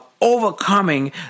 overcoming